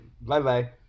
Bye-bye